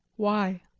why?